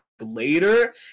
later